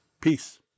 Peace